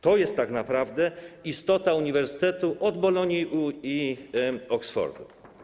To jest tak naprawdę istota uniwersytetu od Bolonii i Oxfordu.